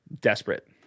desperate